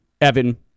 Evan